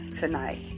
tonight